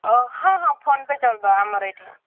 ଓ ହଁ ହଁ ଫୋନପେ ଚଳିବ ଆମର ଏଇଠି